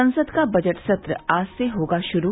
संसद का बजट सत्र आज से होगा शुरू